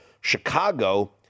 Chicago